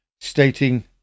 stating